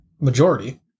majority